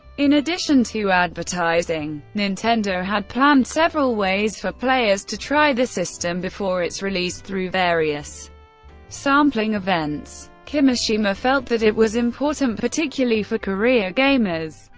in addition to advertising, nintendo had planned several ways for players to try the system before its release through various sampling events. kimishima felt that it was important, particularly for career gamers,